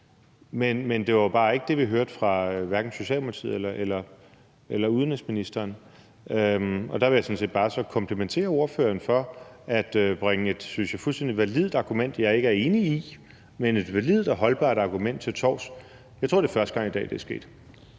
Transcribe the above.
Men det var bare ikke det, vi hørte fra hverken Socialdemokratiet eller udenrigsministeren. Der vil jeg sådan set bare komplimentere ordføreren for at bringe et, synes jeg, fuldstændig validt argument torvs – et argument, jeg ikke er enig i, men et validt og holdbart argument. Jeg tror, at det er første gang i dag, at det er sket.